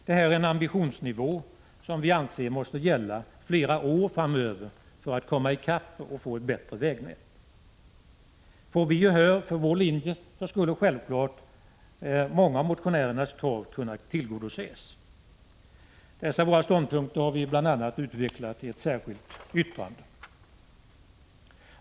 Det här är en ambitionsnivå som vi anser måste gälla flera år framöver för att vi skall komma i kapp och få ett bättre vägnät. Får vi gehör för vår linje så skulle självklart många av motionärernas krav kunna tillgodoses. Dessa våra ståndpunkter har vi utvecklat bl.a. i ett särskilt yttrande.